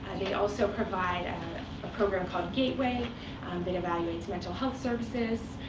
they also provide a program called gateway that evaluates mental health services.